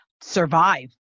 survive